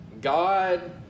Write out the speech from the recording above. God